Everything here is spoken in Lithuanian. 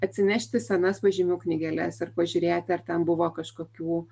atsinešti senas pažymių knygeles ir pažiūrėti ar ten buvo kažkokių